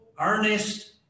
earnest